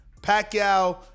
Pacquiao